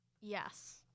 yes